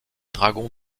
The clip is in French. dragons